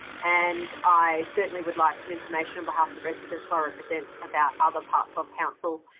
and i certainly would like some information, on behalf of the residents i represent, about other parts of council,